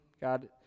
God